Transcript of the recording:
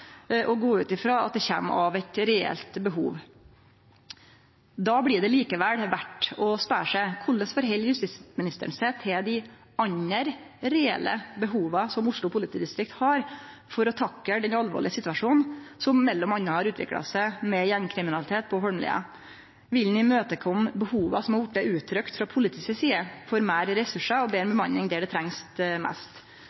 og gå ut ifrå at det kjem av eit reelt behov. Men det er likevel grunn til å spørje seg: Korleis stiller justisministeren seg til dei andre reelle behova som Oslo politidistrikt har for å takle den alvorlege situasjonen som m.a. har utvikla seg med gjengkriminalitet på Holmlia? Vil han kome dei behova i møte som har vorte uttrykte frå politiet si side for meir ressursar og betre